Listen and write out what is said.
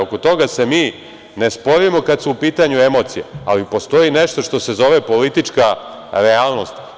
Oko toga se mi ne sporimo kad su u pitanju emocije, ali postoji nešto što se zove politička realnost.